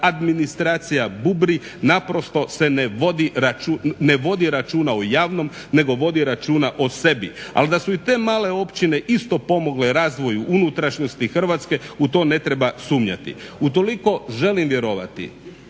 administracija bubri naprosto se ne vodi računa o javnom nego vodi računa o sebi. Ali da su i te male općine isto pomogle razvoju unutrašnjosti Hrvatske, u to ne treba sumnjati. Utoliko želim vjerovati